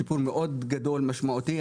שיפור מאוד גדול ומשמעותי,